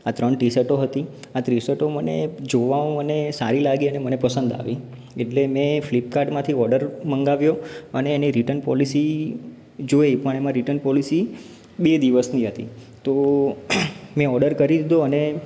આ ત્રણ ટી શર્ટો હતી આ ટીશર્ટો મને જોવામાં મને સારી લાગી અને મને પસંદ આવી એટલે મેં ફ્લિપકાર્ટમાંથી ઑર્ડર મગાવ્યો અને એની રીટર્ન પૉલિસી જોઈ પણ એમાં રીટર્ન પૉલિસી બે દિવસની હતી તો મેં ઑર્ડર કરી દીધો અને